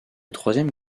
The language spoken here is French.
troisième